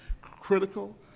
critical